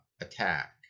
attack